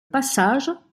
passage